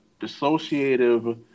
dissociative